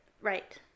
Right